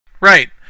right